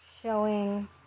showing